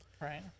Right